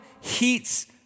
heats